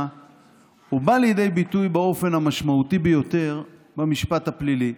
בא לידי ביטוי באופן המשמעותי ביותר במשפט הפלילי.